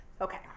Okay